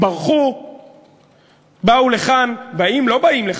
התשע"ד 2014,